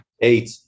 Eight